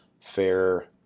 fair